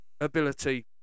ability